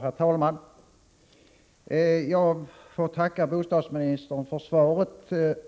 Herr talman! Jag får tacka bostadsministern för svaret,